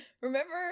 Remember